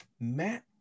Matt